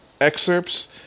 excerpts